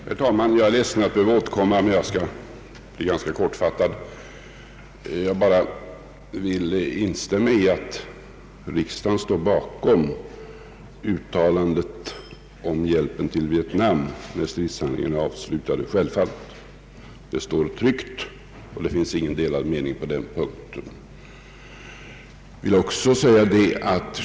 Herr talman! Jag är ledsen över att behöva återkomma men skall fatta mig ganska kort. Först vill jag instämma i att riksdagen står bakom uttalandet om hjälp till Vietnam när stridshandlingarna är avslutade. Det finns i tryck, och inga delade meningar råder på den punkten.